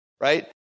right